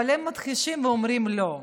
אבל הם מכחישים ואומרים לא.